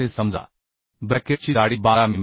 असे समजा ब्रॅकेटची जाडी 12 मि